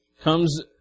comes